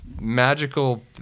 magical